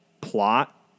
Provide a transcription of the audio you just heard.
plot